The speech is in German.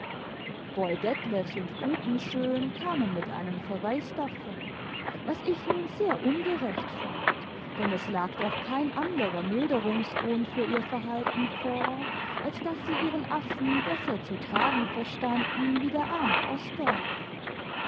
boy detlefs und butenschön kamen mit einem verweis davon was ich nun sehr ungerecht fand denn es lag doch kein anderer milderungsgrund für ihr verhalten vor als daß sie ihren affen besser zu tragen verstanden wie der arme osdorff